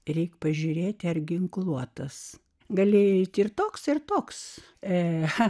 reik pažiūrėti ar ginkluotas galėjai tik toks ir toks ech